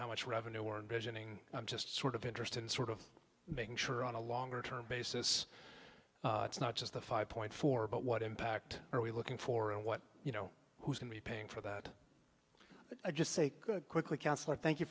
how much revenue and visioning i'm just sort of interest in sort of making sure on a longer term basis it's not just the five point four but what impact are we looking for and what you know who's going to be paying for that but i just say good quickly counselor thank you